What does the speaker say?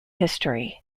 history